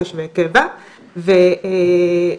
התשפ"ב-2021,